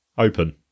Open